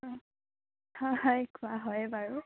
অ হয় হয় খোৱা হয় বাৰু